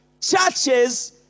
churches